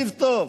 תקשיב טוב.